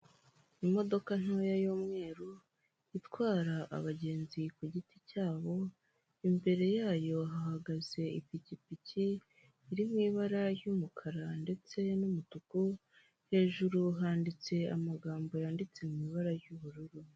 Imodoka imwe y'umweru itwara abagenzi ku giti cyabo imbere yayo hahagaze ipikipiki iri mu ibara ry'umukara ndetse n'umutuku hejuru handitse amagambo yanditse mu ibara ry'ubururu.